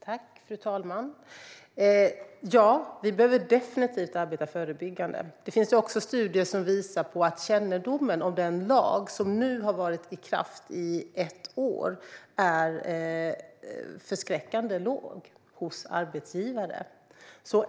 Fru talman! Ja, vi behöver definitivt arbeta förebyggande. Det finns studier som visar att kännedomen om den lag som nu har varit i kraft i ett år är förskräckande låg hos arbetsgivare.